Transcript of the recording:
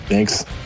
Thanks